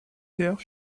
terres